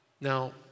Now